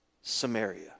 Samaria